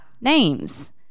names